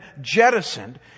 jettisoned